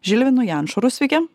žilvinu jančoru sveiki